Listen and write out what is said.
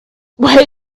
where